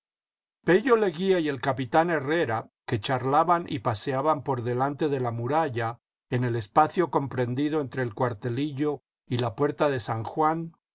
leguía y el capitán herrera que charlaban y paseaban por delante de la muralla en el espacio comprendido entre el cuartelillo y la puerta de san juan